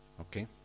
Okay